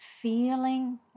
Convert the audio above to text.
feeling